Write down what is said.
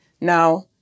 Now